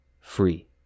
free